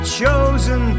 chosen